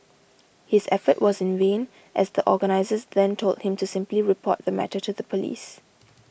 his effort was in vain as the organisers then told him to simply report the matter to the police